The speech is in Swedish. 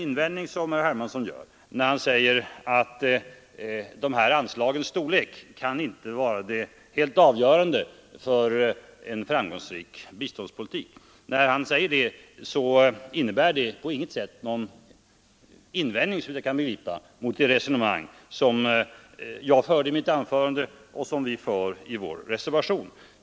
När herr Hermansson säger att dessa anslags storlek inte kan vara det helt avgörande för en framgångsrik biståndspolitik, innebär det på inget sätt en invändning, såvitt jag kan begripa, mot det resonemang som jag förde i mitt anförande och som vi för i vår reservation.